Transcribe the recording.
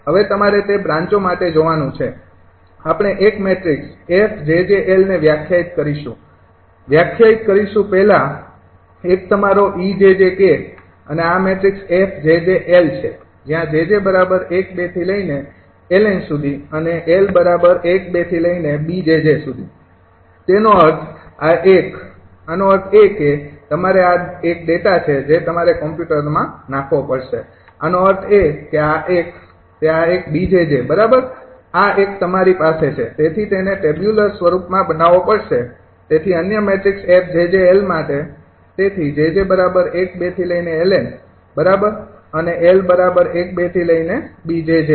હવે તમારે તે બ્રાંચો માટે જોવાનું છે આપણે એક મેટ્રિક્સ 𝑓𝑗𝑗𝑙 ને વ્યાખ્યાયિત કરીશું વ્યાખ્યાયિત કરીશું પહેલા એક તમારો 𝑒𝑗𝑗𝑘 અને આ મેટ્રિક્સ 𝑓𝑗𝑗𝑙 છે જ્યાં 𝑗𝑗૧૨𝐿𝑁 અને 𝑙૧૨ 𝐵𝑗𝑗 તેનો અર્થ આ એક આનો અર્થ એ કે તમારે આ એક ડેટા છે જે તમારે કમ્પ્યુટરમાં નાખવો પડશે આનો અર્થ એ કે આ એક તે આ એક 𝐵𝑗𝑗 બરાબર આ એક તમારી પાસે છે તેથી તેને ટેબલ્યુલર સ્વરૂપમાં બનાવવો પડશે તેથી અન્ય મેટ્રિક્સ 𝑓𝑗𝑗𝑙માટે તેથી 𝑗𝑗૧૨𝐿𝑁 બરાબર અને 𝑙૧૨𝐵𝑗𝑗